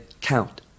count